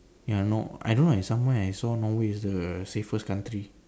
ya Nor~ I don't know somewhere I saw Norway is the safest country